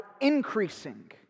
increasing